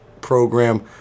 program